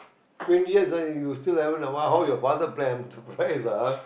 twenty years you still haven't wha~ how your father plan I'm surprised lah ah